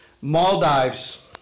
Maldives